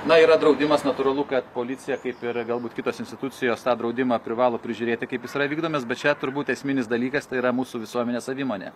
na yra draudimas natūralu kad policija kaip ir galbūt kitos institucijos tą draudimą privalo prižiūrėti kaip jis yra vykdomas bet čia turbūt esminis dalykas tai yra mūsų visuomenės savimonė